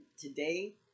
Today